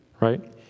right